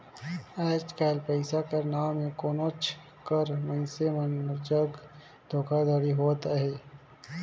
आएज काएल पइसा कर नांव में कहोंच कर मइनसे मन जग धोखाघड़ी होवत अहे